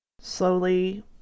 slowly